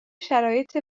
شرایط